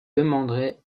demanderai